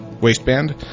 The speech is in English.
waistband